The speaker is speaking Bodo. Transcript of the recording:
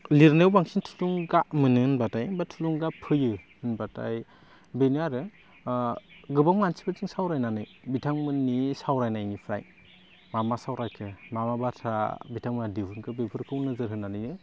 लिरनायाव बांसिन थुलुंगा मोनो होनबाथाय बा थुलुंगा फैयो होनबाथाय बेनो आरो गोबां मानसिफोरजों सावरायनानै बिथांमोननि सावरायनायनिफ्राइ मा मा सावरायखो मा मा बाथ्रा बिथांमोनहा दिहुनखो बेफोरखौ नोजोर होनानैनो